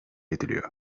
ediliyor